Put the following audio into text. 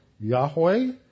Yahweh